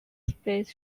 space